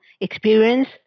experience